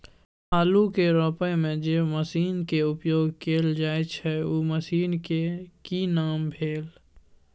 आलू के रोपय में जे मसीन के उपयोग कैल जाय छै उ मसीन के की नाम भेल?